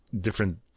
different